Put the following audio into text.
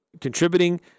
contributing